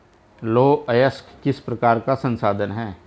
लौह अयस्क किस प्रकार का संसाधन है?